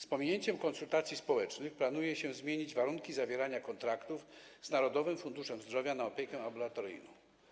Z pominięciem konsultacji społecznych planuje się zmienić warunki zawierania kontraktów z Narodowym Funduszem Zdrowia na opiekę ambulatoryjną.